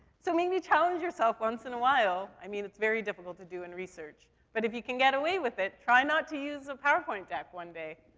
so maybe challenge yourself once in a while. i mean, it's very difficult to do in research, but if you can get away with it, try not to use a powerpoint deck one day.